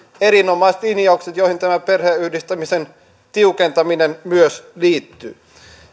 erinomaiset linjaukset joihin tämä perheenyhdistämisen tiukentaminen myös liittyy